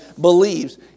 believes